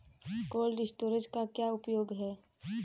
Cold storage का क्या उपयोग है?